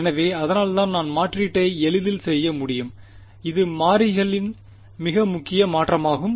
எனவே அதனால்தான் நான் மாற்றீட்டை எளிதில் செய்ய முடியும் இது மாறிகளின் மிக எளிய மாற்றமாகும்